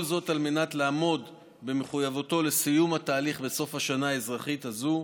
כל זאת על מנת לעמוד במחויבותו לסיום התהליך בסוף השנה האזרחית הזו,